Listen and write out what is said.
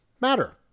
matter